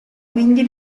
quindi